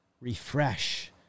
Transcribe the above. refresh